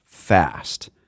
fast